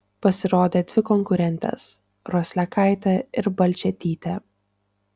pasirodė dvi konkurentės roslekaitė ir balčėtytė